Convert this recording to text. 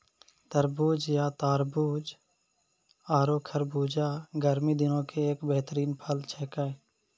तरबूज या तारबूज आरो खरबूजा गर्मी दिनों के एक बेहतरीन फल छेकै